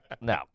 No